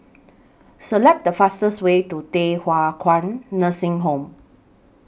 Select The fastest Way to Thye Hua Kwan Nursing Home